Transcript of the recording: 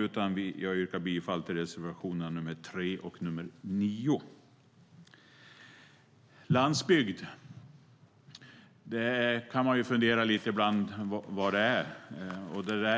Jag yrkar bifall till reservationerna 3 och 9.Man kan ibland fundera över vad landsbygd är. Man